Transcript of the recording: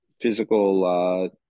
physical